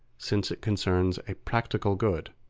since it concerns a practical good,